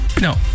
No